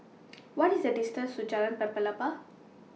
What IS The distance to Jalan Pelepah